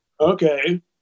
Okay